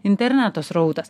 interneto srautas